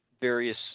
various